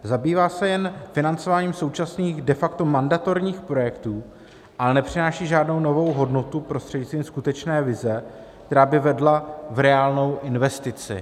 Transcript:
Zabývá se jen financováním současných de facto mandatorních projektů, ale nepřináší žádnou novou hodnotu prostřednictvím skutečné vize, která by vedla v reálnou investici.